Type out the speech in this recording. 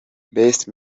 best